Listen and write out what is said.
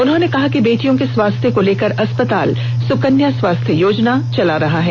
उन्होंने कहा कि बेटियों के स्वास्थ्य को लेकर अस्पताल सुकन्या स्वास्थ्य योजना चला रहा है